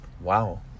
Wow